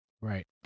Right